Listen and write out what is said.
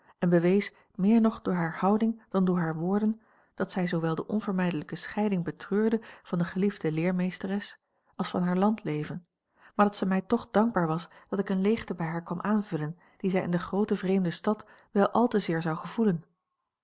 en bewees meer nog door hare houding dan door hare woorden dat zij zoowel de onvermijdelijke scheiding betreurde van de geliefde leermeesteres als van haar landleven maar dat zij mij toch dankbaar was dat ik eene leegte bij haar kwam aanvullen die zij in de groote vreemde stad wel al te zeer zou gevoelen